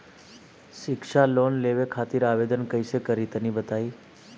शिक्षा लोन लेवे खातिर आवेदन कइसे करि तनि बताई?